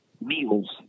meals